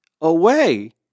away